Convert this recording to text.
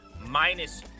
minus